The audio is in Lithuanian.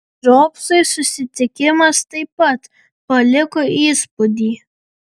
džobsui susitikimas taip pat paliko įspūdį